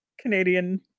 Canadian